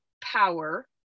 power